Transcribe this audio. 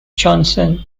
johnson